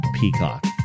Peacock